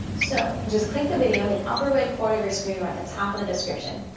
so, just click the video in the upper right corner of your screen or at the top of the description.